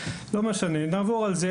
שלנו,